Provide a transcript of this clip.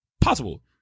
possible